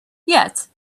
yet